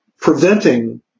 preventing